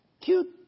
Cute